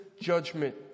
judgment